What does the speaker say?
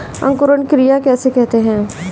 अंकुरण क्रिया किसे कहते हैं?